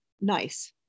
nice